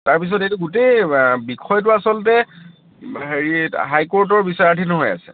তাৰপিছত এইটো গোটেই বিষয়টো আছলতে হেৰি হাই কৰ্টৰ বিচাৰাধীন হৈ আছে